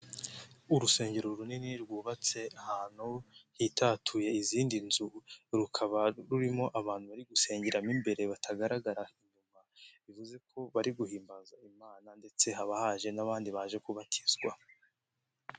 Urusengero runini rwubatse ahantu hitatuye izindi nzu, rukaba rurimo abantu bari gusengeramo imbere batagaragara, bivuze ko bari guhimbaza imana ndetse haba haje n'abandi baje kubatizwa.